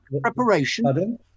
Preparation